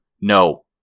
no